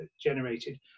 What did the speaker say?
generated